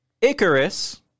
Icarus